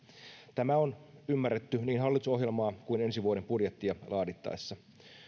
tämä on ymmärretty niin hallitusohjelmaa kuin ensi vuoden budjettia laadittaessa